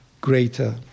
greater